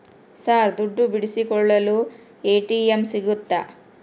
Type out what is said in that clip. Sir ದುಡ್ಡು ಬಿಡಿಸಿಕೊಳ್ಳಲು ATM ಸಿಗುತ್ತಾ?